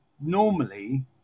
normally